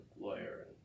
lawyer